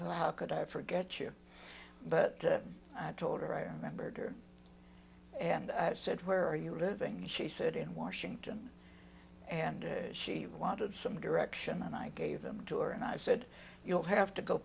well how could i forget you but i told her i remembered her and i said where are you living she said in washington and she wanted some direction and i gave them to her and i said you'll have to go